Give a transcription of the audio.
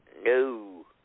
No